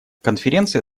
конференция